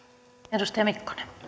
arvoisa